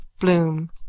Bloom